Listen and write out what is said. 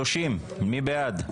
14, מי בעד?